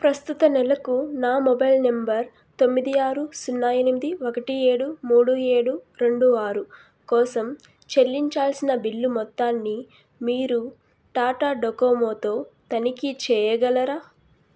ప్రస్తుత నెలకు నా మొబైల్ నెంబర్ తొమ్మిది ఆరు సున్నా ఎనిమిది ఒకటి ఏడు మూడు ఏడు రెండు ఆరు కోసం చెల్లించాల్సిన బిల్లు మొత్తాన్ని మీరు టాటా డోకోమోతో తనిఖీ చెయ్యగలరా